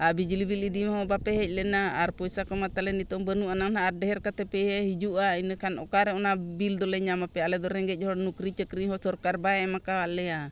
ᱟᱨ ᱵᱤᱡᱽᱞᱤ ᱵᱤᱞ ᱤᱫᱤ ᱦᱚᱸ ᱵᱟᱯᱮ ᱦᱮᱡ ᱞᱮᱱᱟ ᱟᱨ ᱯᱚᱭᱥᱟ ᱠᱚᱢᱟ ᱛᱟᱞᱮ ᱱᱤᱛᱳᱜ ᱵᱟᱹᱱᱩᱜ ᱟᱱᱟ ᱟᱨ ᱰᱷᱮᱨ ᱠᱟᱛᱮᱯᱮ ᱦᱤᱡᱩᱜᱼᱟ ᱤᱱᱟᱹᱠᱷᱟᱱ ᱚᱠᱟᱨᱮ ᱚᱱᱟ ᱵᱤᱞ ᱫᱚᱞᱮ ᱧᱟᱢᱟᱯᱮᱭᱟ ᱟᱞᱮᱫᱚ ᱨᱮᱸᱜᱮᱡ ᱦᱚᱲ ᱱᱩᱠᱨᱤ ᱪᱟᱹᱠᱨᱤ ᱦᱚᱸ ᱥᱚᱨᱠᱟᱨ ᱵᱟᱭ ᱮᱢ ᱟᱠᱟᱫ ᱞᱮᱭᱟ